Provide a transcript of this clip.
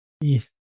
Yes